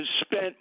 spent